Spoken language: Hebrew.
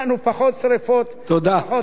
תודה לחבר הכנסת עמיר פרץ.